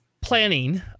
planning